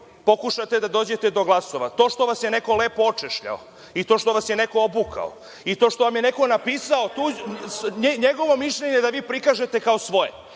pokušate da dođete do glasova. To što vas je neko lepo očešljao i to što vas je neko obukao i to što vam je neko napisao njegovo mišljenje da vi prikažete kao svoje,